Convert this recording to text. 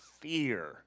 fear